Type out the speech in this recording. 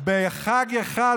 בחג אחד,